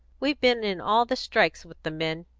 we've been in all the strikes with the men,